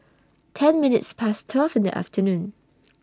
ten minutes Past twelve in The afternoon